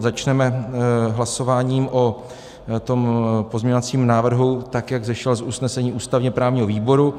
Začneme hlasováním o tom pozměňovacím návrhu, tak jak vzešel z usnesení ústavněprávního výboru.